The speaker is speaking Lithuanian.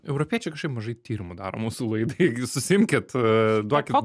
europiečiai kažkaip mažai tyrimų daro mūsų laidai ir susiimkit duokit